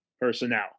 personnel